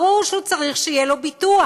ברור שהוא צריך שיהיה לו ביטוח.